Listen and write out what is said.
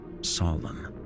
solemn